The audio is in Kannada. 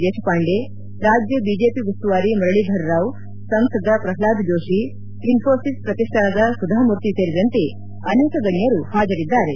ದೇಶಪಾಂಡೆ ರಾಜ್ಯ ಬಿಜೆಪಿ ಉಸ್ತುವಾರಿ ಮುರಳೀಧರ್ ರಾವ್ ಸಂಸದ ಪ್ರಹ್ಲಾದ್ ಜೋಶಿ ಇನ್ನೋಸಿಸ್ ಪ್ರತಿಷ್ಲಾನದ ಸುಧಾಮೂರ್ತಿ ಸೇರಿದಂತೆ ಅನೇಕ ಗಣ್ಣರು ಹಾಜರಿದ್ದಾರೆ